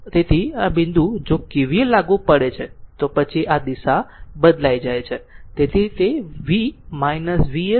તેથી આ બિંદુ જો KCL લાગુ પડે છે તો પછી આ દિશા બદલાઇ છે તેથી તે v Vs utહશે